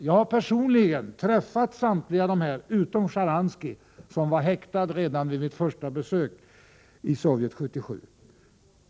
Jag har personligen träffat samtliga dessa utom Sjtjaranskij, som var häktad redan vid mitt första besök i Sovjet 1977.